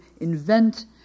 invent